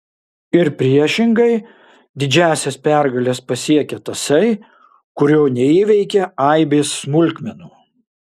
ir priešingai didžiąsias pergales pasiekia tasai kurio neįveikia aibės smulkmenų